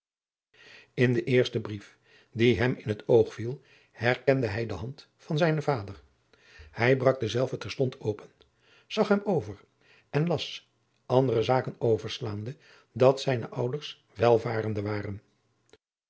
in den eersten brief die hem in het oog viel herkende hij de hand van zijnen vader hij brak denzelven terstond open zag hem over en las andere zaken overslaande dat zijne ouders welvarende waren